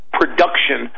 production